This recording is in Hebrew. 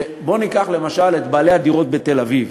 בוא ניקח, למשל, את בעלי הדירות בתל-אביב,